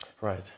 Right